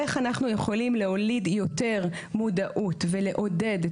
איך אנחנו יכולים להוליד יותר מודעות ולעודד את